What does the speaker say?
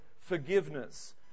forgiveness